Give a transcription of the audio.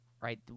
right